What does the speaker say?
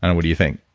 and what do you think?